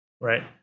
right